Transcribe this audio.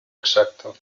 exacto